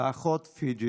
האחות פייג'